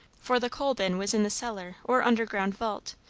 for the coal bin was in the cellar or underground vault,